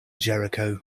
jericho